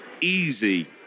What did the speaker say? easy